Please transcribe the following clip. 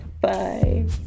Bye